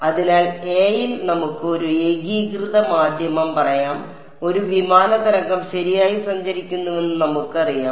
അതിനാൽ a ൽ നമുക്ക് ഒരു ഏകീകൃത മാധ്യമം പറയാം ഒരു വിമാന തരംഗം ശരിയായി സഞ്ചരിക്കുന്നുവെന്ന് നമുക്കറിയാം